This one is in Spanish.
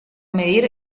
medir